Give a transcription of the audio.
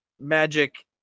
Magic